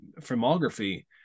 filmography